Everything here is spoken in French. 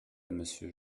monsieur